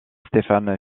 stephen